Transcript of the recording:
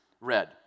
red